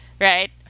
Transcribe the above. right